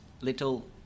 little